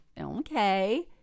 okay